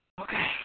Okay